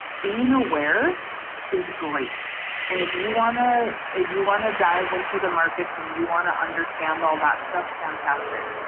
being aware is great and if you wanna ah you wanna dive into the markets and you wanna understand all that stuff, fantastic.